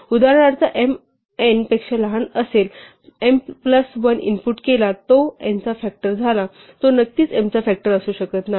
उदाहरणार्थ m n पेक्षा लहान असेल m प्लस 1 इनपुट केला तो n चा फ़ॅक्टर झाला तो नक्कीच m चा फ़ॅक्टर असू शकत नाही